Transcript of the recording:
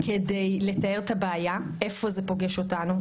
כדי לתאר את הבעיה: איפה זה פוגש אותנו?